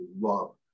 love